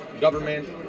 government